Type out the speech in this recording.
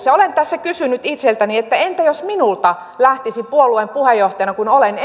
ja kohtuus olen tässä kysynyt itseltäni että entä jos minulta lähtisi puolueen puheenjohtajana kun olen